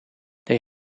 they